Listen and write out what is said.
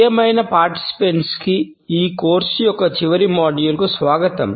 ప్రియమైన పాల్గొనేవారికి ఈ కోర్సు యొక్క చివరి మాడ్యూల్కు స్వాగతం